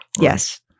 Yes